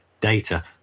data